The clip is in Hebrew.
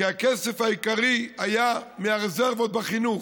כי הכסף העיקרי היה מהרזרבות בחינוך.